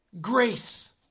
Grace